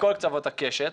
מכל קצוות הקשת,